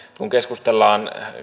kun keskustellaan